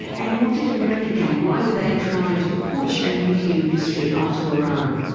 and what did america gain? why were they trying to push a nuclear industry onto iran?